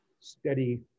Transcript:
steady